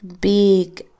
big